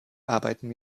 arbeiten